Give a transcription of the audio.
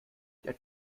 der